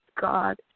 God